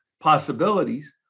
possibilities